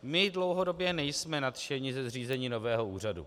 My dlouhodobě nejsme nadšeni ze zřízení nového úřadu.